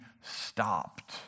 stopped